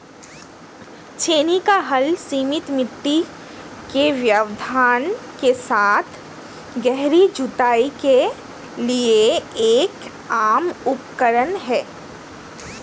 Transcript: छेनी का हल सीमित मिट्टी के व्यवधान के साथ गहरी जुताई के लिए एक आम उपकरण है